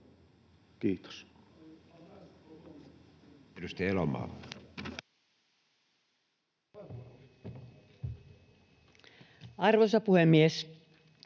Elomaa. Arvoisa puhemies!